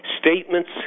statements